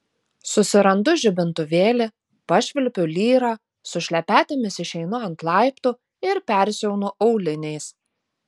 susirandu žibintuvėlį pašvilpiu lyrą su šlepetėmis išeinu ant laiptų ir persiaunu auliniais